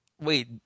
Wait